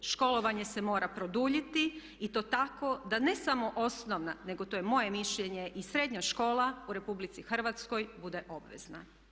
Školovanje se mora produljiti i to tako da ne samo osnovna, nego to je moje mišljenje i srednja škola u RH bude obvezna.